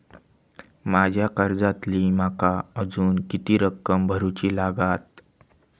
माझ्या कर्जातली माका अजून किती रक्कम भरुची लागात?